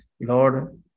Lord